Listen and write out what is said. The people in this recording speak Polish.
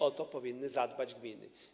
O to powinny zadbać gminy.